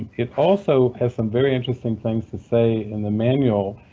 it also has some very interesting things to say in the manual,